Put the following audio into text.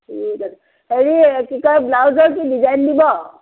ঠিক আছে হেৰি কি কয় ব্লাউজৰ কি ডিজাইন দিব